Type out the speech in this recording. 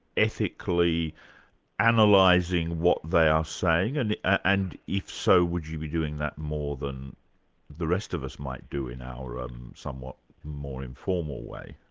ethically and like analysing what they are saying, and and if so, would you be doing that more than the rest of us might do in our um somewhat more informal way?